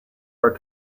our